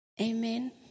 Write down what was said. Amen